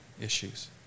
issues